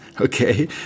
okay